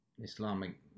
Islamic